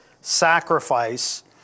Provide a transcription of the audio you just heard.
sacrifice